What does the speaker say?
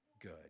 good